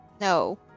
No